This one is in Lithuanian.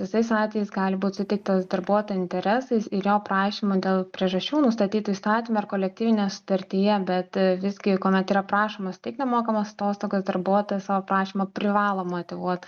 visais atvejais gali būt suteiktos darbuotojo interesais ir jo prašymu dėl priežasčių nustatytų įstatyme ar kolektyvinėje sutartyje bet visgi kuomet yra prašoma suteikt nemokamas atostogas darbuotojas savo prašymą privalo motyvuot